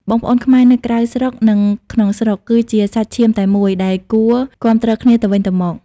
បងប្អូនខ្មែរនៅក្រៅស្រុក និងក្នុងស្រុក គឺជា "សាច់ឈាមតែមួយ" ដែលគួរគាំទ្រគ្នាទៅវិញទៅមក។